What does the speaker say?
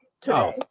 today